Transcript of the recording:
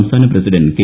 സംസ്ഥാന president K